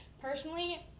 Personally